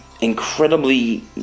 incredibly